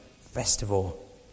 festival